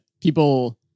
people